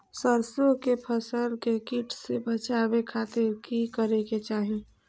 सरसों की फसल के कीट से बचावे खातिर की करे के चाही?